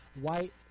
White